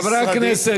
חברי הכנסת,